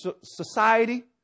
society